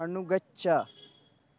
अनुगच्छ